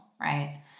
right